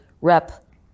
Rep